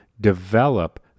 Develop